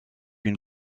une